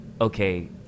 okay